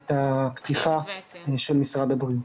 את הפתיחה של משרד הבריאות.